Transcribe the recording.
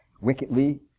wickedly